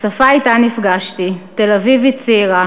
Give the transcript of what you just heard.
השפה שאתה נפגשתי, תל-אביבית צעירה